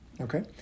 okay